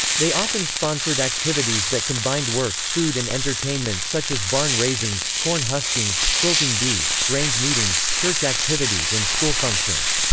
they often sponsored activities that combined work, food and entertainment such as barn raisings, corn huskings, quilting bees, grange meetings, church activities and school functions.